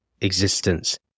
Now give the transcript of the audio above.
existence